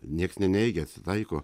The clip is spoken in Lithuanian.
nieks neneigia atsitaiko